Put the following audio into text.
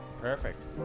Perfect